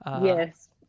Yes